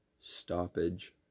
stoppage